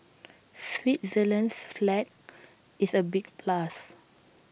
Switzerland's flag is A big plus